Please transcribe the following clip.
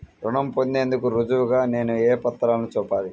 రుణం పొందేందుకు రుజువుగా నేను ఏ పత్రాలను చూపాలి?